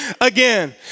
again